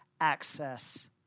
access